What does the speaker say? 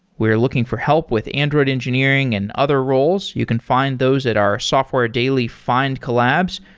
we're looking for help with android engineering and other roles. you can find those at our software daily findcollabs.